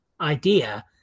idea